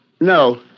No